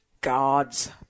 God's